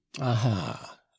aha